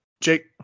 jake